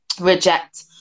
reject